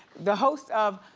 the host of.